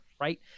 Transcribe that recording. right